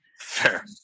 fair